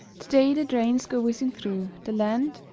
today the trains go whizzing through the land,